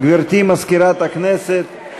גברתי מזכירת הכנסת,